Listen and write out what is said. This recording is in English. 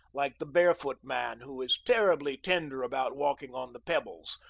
like the barefoot man who is terribly tender about walking on the pebbles,